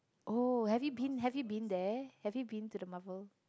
oh have you been have you been there have you been to the Marvel